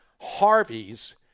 Harvey's